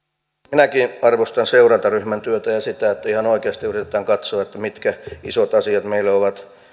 minäkin arvostan seurantaryhmän työtä ja sitä että ihan oikeasti yritetään katsoa mitkä isot asiat meille ovat